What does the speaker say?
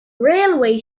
railway